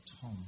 Tom